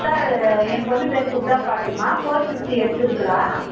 sir என் பெண்ணு Kubra Fathima four fifty எடுத்துருக்குறாள்